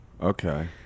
Okay